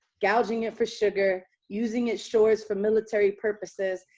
gouging it for sugar, using its shores for military purposes,